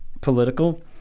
political